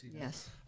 Yes